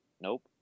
nope